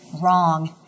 Wrong